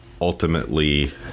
ultimately